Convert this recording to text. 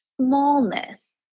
smallness